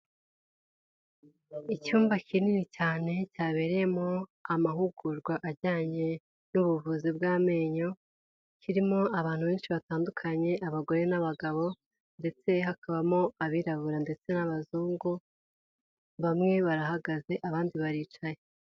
Icyumba kinini cyane cyabereyemo amahugurwa ajyanye n'ubuvuzi bw'amenyo, kirimo abantu benshi batandukanye abagore n'abagabo ndetse hakabamo abirabura ndetse n'abazungu, bamwe barahagaze abandi baricaye.